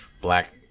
black